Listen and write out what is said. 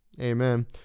amen